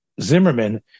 Zimmerman